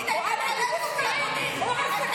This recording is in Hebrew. הינה, היא מקללת אותי, אדוני,